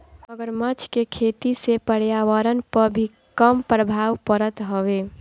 मगरमच्छ के खेती से पर्यावरण पअ भी कम प्रभाव पड़त हवे